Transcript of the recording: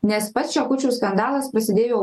nes pats čekučių skandalas prasidėjo